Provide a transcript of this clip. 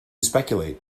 speculate